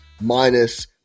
minus